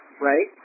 right